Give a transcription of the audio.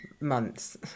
months